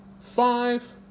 Five